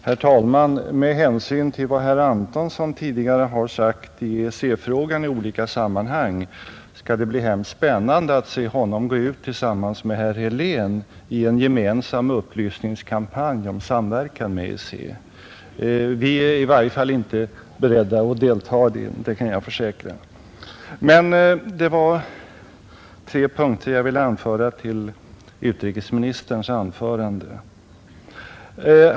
Herr talman! Med hänsyn till vad herr Antonsson tidigare har sagt i EEC-frågan skall det bli hemskt spännande att se honom gå ut tillsammans med herr Helén i en gemensam upplysningskampanj om samverkan med EEC. Vi är emellertid inte beredda att delta i den, det kan jag försäkra, Det är tre punkter jag vill anföra till utrikesministerns inlägg.